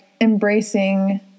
embracing